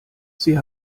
sie